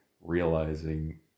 realizing